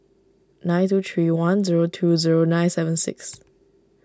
nine two three one zero two zero nine seven six